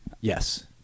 Yes